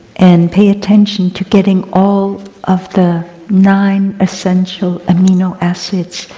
and pay attention to getting all of the nine essential amino acids